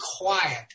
quiet